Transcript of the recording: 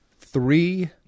three